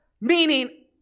meaning